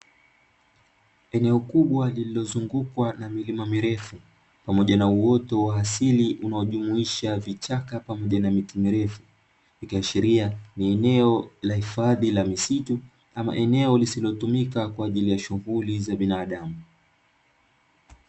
Eneo kubwa lililo zungukwa na milima mirefu pamoja na uoto wa asili unaojumuisha vichaka pamoja na miti mirefu ikiashiria ni eneo la hifadhi ya misitu ama eneo lisilo tumika kwa ajili ya shughuri za kibinadamu.